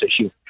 issue